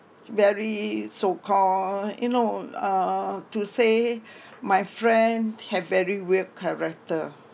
very so-called you know uh to say my friend have very weird character